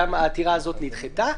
גם העתירה הזאת נדחתה.